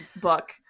book